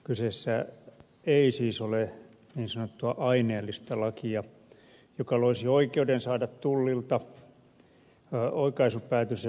kyseessä ei siis ole niin sanottu aineellinen laki joka loisi oikeuden saada tullilta oikaisupäätöksen ja veronpalautuksen